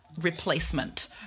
replacement